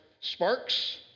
sparks